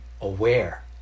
aware